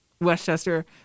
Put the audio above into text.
Westchester